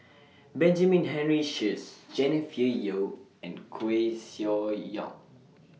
Benjamin Henry Sheares Jennifer Yeo and Koeh Sia Yong